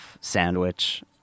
sandwich